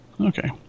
Okay